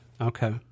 Okay